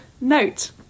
note